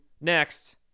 next